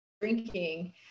drinking